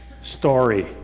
story